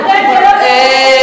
אתם זה לא, לא,